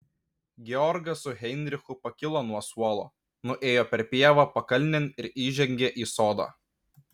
georgas su heinrichu pakilo nuo suolo nuėjo per pievą pakalnėn ir įžengė į sodą